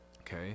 okay